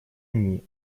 они